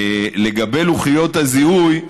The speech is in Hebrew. לגבי לוחיות הזיהוי,